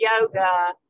yoga